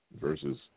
versus